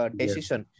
decision